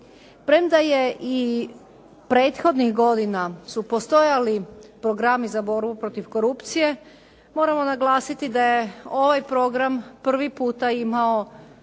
Premda je i prethodnih godina su postojali programi za borbu protiv korupcije, moramo naglasiti da ovaj program prvi puta imao